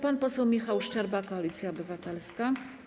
Pan poseł Michał Szczerba, Koalicja Obywatelska.